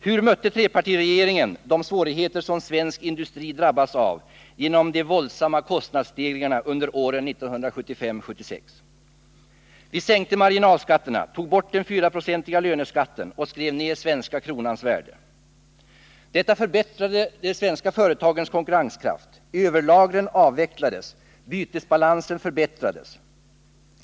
Hur mötte trepartiregeringen de svårigheter som svensk industri drabbats av genom de våldsamma kostnadsstegringarna under åren 1975 och 1976? Vi sänkte marginalskatterna, tog bort den 4-procentiga löneskatten och skrev ned den svenska kronans värde. Detta förbättrade de svenska företagens konkurrenskraft. Överlagren avvecklades. Bytesbalansen förbättrades.